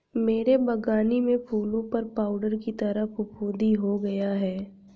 मेरे बगानी में फूलों पर पाउडर की तरह फुफुदी हो गया हैं